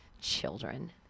Children